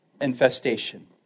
infestation